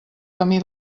camí